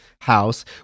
house